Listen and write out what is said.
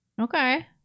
Okay